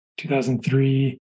2003